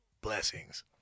Blessings